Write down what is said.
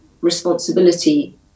responsibility